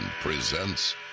presents